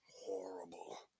horrible